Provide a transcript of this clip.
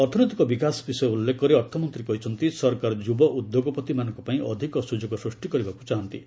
ଅର୍ଥନୈତିକ ବିକାଶ ବିଷୟ ଉଲ୍ଲେଖ କରି ଅର୍ଥମନ୍ତ୍ରୀ କହିଛନ୍ତି ସରକାର ଯୁବ ଉଦ୍ୟୋଗପତିମାନଙ୍କ ପାଇଁ ଅଧିକ ସୁଯୋଗ ସୃଷ୍ଟି କରିବାକୁ ଚାହାନ୍ତି